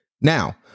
Now